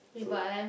so